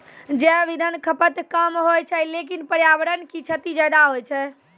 जैव इंधन खपत कम होय छै लेकिन पर्यावरण क क्षति ज्यादा होय छै